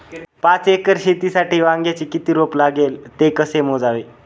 पाच एकर शेतीसाठी वांग्याचे किती रोप लागेल? ते कसे मोजावे?